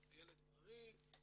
ילד בריא,